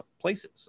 places